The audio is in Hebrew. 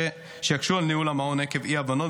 שיקשו על ניהול המעון עקב אי-הבנות,